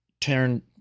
turn –